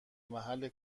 محل